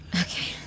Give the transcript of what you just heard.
Okay